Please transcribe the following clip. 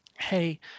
hey